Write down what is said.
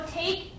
take